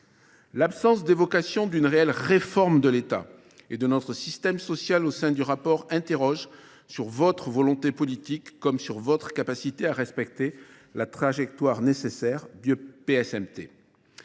L'absence des vocations d'une réelle réforme de l'État et de notre système social au sein du rapport interroge sur votre volonté politique comme sur votre capacité à respecter la trajectoire nécessaire via PSMT.